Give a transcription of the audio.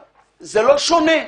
זה לא שונה.